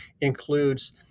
includes